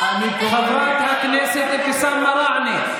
חברת הכנסת אבתיסאם מראענה,